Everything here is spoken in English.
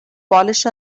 polish